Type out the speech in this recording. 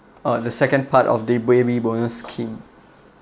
uh the second part of the baby bonus scheme